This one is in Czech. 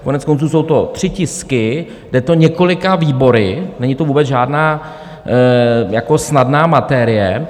Koneckonců jsou to tři tisky, jde to několika výbory, není to vůbec žádná snadná materie.